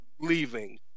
leaving